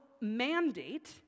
mandate